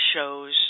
shows –